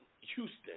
Houston